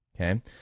okay